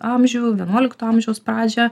amžių vienuolikto amžiaus pradžią